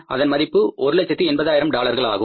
அதன் மதிப்பு 180000 டாலர்களாகும்